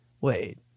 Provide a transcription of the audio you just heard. Wait